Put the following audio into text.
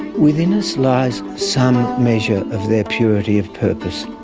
within us lies some measure of their purity of purpose,